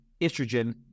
estrogen